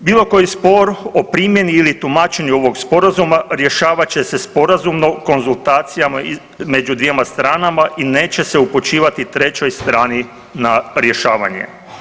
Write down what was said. Bilo koji spor o primjeni ili tumačenju ovog Sporazuma, rješavat će se sporazumno u konzultacijama među dvjema stranama i neće se upućivati trećoj strani na rješavanje.